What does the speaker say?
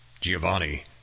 Giovanni